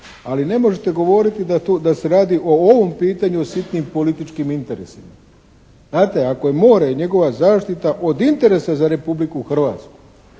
Ali ne možete govoriti da se radi u ovom pitanju o sitnim političkim interesima. Znate, ako je more i njegova zaštita od interesa za Republiku Hrvatske